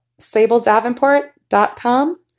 sabledavenport.com